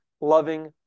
loving